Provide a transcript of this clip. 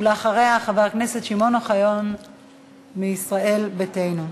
ואחריה, חבר הכנסת שמעון אוחיון מישראל ביתנו.